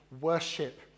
worship